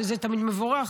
שזה תמיד מבורך.